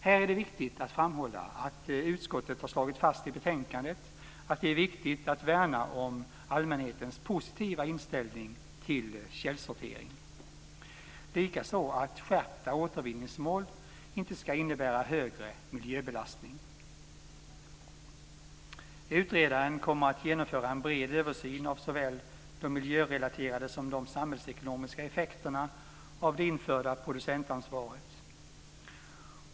Här är det viktigt att framhålla att utskottet har slagit fast i betänkandet att det är viktigt att värna om allmänhetens positiva inställning till källsortering, likaså att skärpta återvinningsmål inte ska innebära högre miljöbelastning. Utredaren kommer att genomföra en bred översyn av såväl de miljörelaterade som de samhällsekonomiska effekterna av det införda producentansvaret.